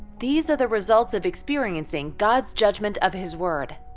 these are the results of experiencing god's judgment of his word.